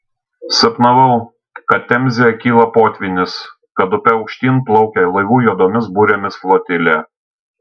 sapnavau kad temzėje kyla potvynis kad upe aukštyn plaukia laivų juodomis burėmis flotilė